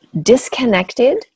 Disconnected